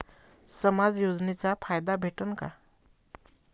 समाज योजनेचा फायदा भेटन का?